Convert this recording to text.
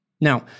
Now